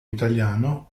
italiano